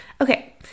Okay